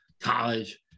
college